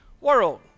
world